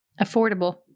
affordable